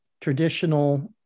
traditional